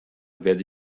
werde